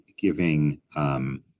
giving